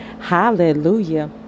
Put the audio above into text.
Hallelujah